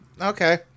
okay